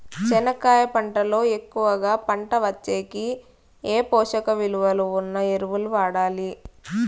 చెనక్కాయ పంట లో ఎక్కువగా పంట వచ్చేకి ఏ పోషక విలువలు ఉన్న ఎరువులు వాడాలి?